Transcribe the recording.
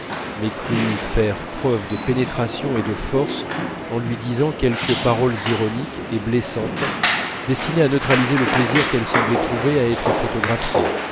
je crus faire preuve de pénétration et de force en lui disant quelques paroles ironiques et blessantes destinées à neutraliser le plaisir qu'elle semblait trouver à être photographiée